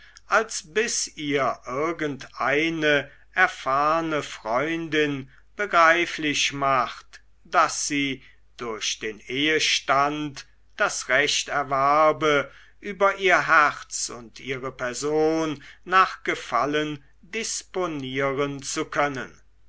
als bis ihr irgendeine erfahrne freundin begreiflich macht daß sie durch den ehestand das recht erwerbe über ihr herz und ihre person nach gefallen disponieren zu können